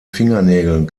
fingernägeln